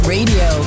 Radio